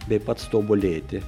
bei pats tobulėti